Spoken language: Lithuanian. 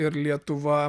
ir lietuva